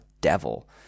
devil